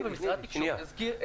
משרד התקשורת יסדיר.